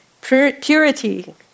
purity